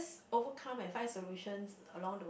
overcome and find solutions along the